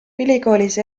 ülikoolis